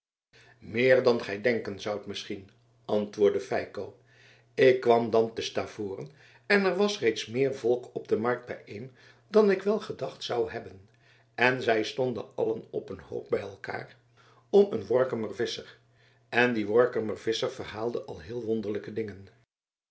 meer dan gij denken zoudt misschien antwoordde feiko ik kwam dan te stavoren en er was reeds meer volk op de markt bijeen dan ik wel gedacht zou hebben en zij stonden allen op een hoop bij elkaar om een workummer visscher en die workummer visscher verhaalde al heel wonderlijke dingen